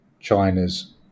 China's